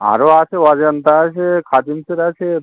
আরও আছে অজন্তা আছে খাদিমসের আছে